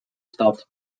stopped